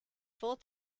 full